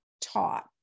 taught